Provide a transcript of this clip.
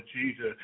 Jesus